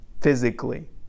physically